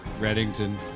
Reddington